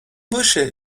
باشه